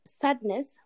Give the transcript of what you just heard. sadness